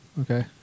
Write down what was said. okay